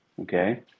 Okay